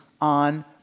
on